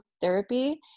Therapy